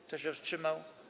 Kto się wstrzymał?